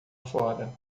fora